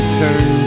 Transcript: turn